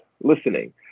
listening